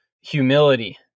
humility